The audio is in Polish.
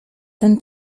ten